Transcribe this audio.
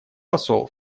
посол